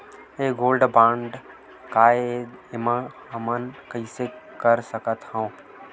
ये gold bond काय ए एमा हमन कइसे कर सकत हव?